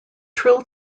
trill